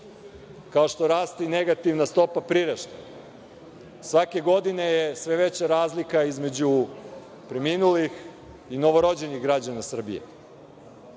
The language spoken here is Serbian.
kao što raste i negativna stopa priraštaja. Svake godine je sve veća razlika između preminulih i novorođenih građana Srbije. Ne